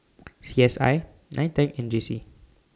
C S I NITEC and J C